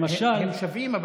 למשל, הם שווים.